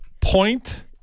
point